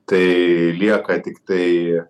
tai lieka tik tai